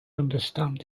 understand